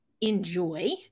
enjoy